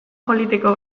politiko